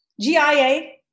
G-I-A